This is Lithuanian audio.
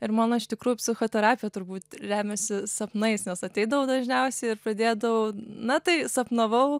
ir man iš tikrųjų psichoterapija turbūt remiasi sapnais nes ateidavau dažniausiai ir pradėdavau na tai sapnavau